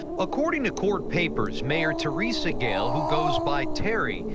according to court papers, mayor theresa gale, who goes by terry,